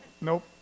nope